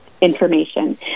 information